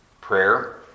Prayer